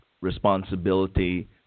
responsibility